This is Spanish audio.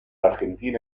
argentina